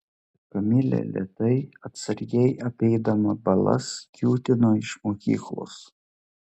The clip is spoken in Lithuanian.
kamilė lėtai atsargiai apeidama balas kiūtino iš mokyklos